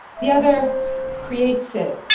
the other creates it.